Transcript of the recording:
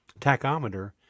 tachometer